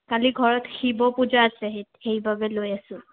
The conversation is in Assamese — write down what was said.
কালি ঘৰত শিৱ পূজা আছে সেই সেইবাবে লৈ আছোঁ